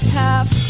half